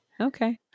Okay